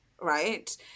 right